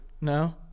No